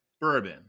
bourbon